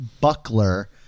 Buckler